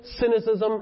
cynicism